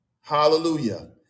hallelujah